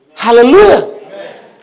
Hallelujah